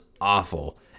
awful